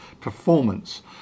performance